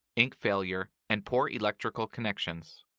ink failure, and poor electrical connections.